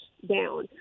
Down